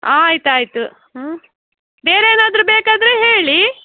ಆಯ್ತು ಆಯಿತು ಹ್ಞೂ ಬೇರೆ ಏನಾದರು ಬೇಕಾದರೆ ಹೇಳಿ